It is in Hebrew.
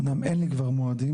גם אין לי כבר מועדים,